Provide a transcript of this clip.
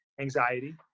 Anxiety